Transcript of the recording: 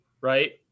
right